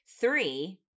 Three